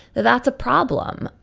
that's a problem.